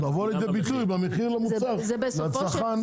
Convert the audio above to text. ייבוא לידי ביטוי במחיר למוצר לצרכן.